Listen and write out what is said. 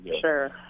sure